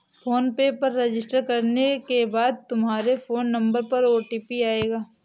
phone पे पर register करने के बाद तुम्हारे फोन नंबर पर ओ.टी.पी आएगा